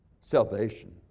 Salvation